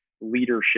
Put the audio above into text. leadership